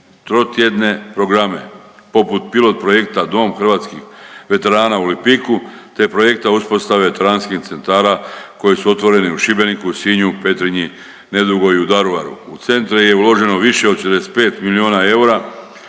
trotjedne programe poput pilot projekta Dom hrvatskih veterana u Lipiku, te projekta uspostave Veterinarskih centara koji su otvoreni u Šibeniku, u Sinju, u Petrinji, nedugo i u Daruvaru. U centre je uloženo više od 45 milijuna eura.